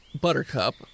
Buttercup